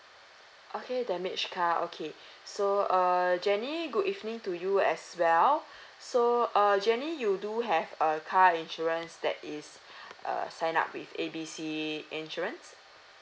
okay damaged car okay so err jenny good evening to you as well so uh jenny you do have a car insurance that is err sign up with A B C insurance